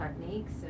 techniques